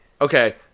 okay